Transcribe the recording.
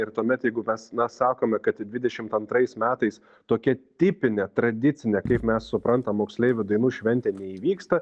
ir tuomet jeigu mes mes sakome kad dvidešimt antrais metais tokia tipinė tradicinė kaip mes suprantam moksleivių dainų šventė neįvyksta